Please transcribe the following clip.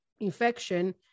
infection